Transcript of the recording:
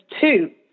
two